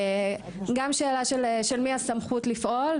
גם שאלה של מי הסמכות לפעול,